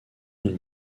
d’une